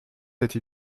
cette